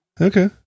Okay